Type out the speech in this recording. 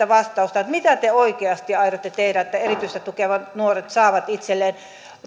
vastausta mitä te oikeasti aiotte tehdä että erityistä tukea tarvitsevat nuoret saavat itselleen